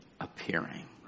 appearing